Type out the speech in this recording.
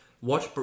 watch